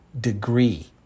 degree